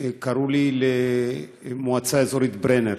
קראו לי למועצה האזורית ברנר